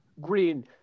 Green